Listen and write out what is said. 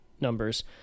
numbers